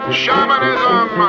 shamanism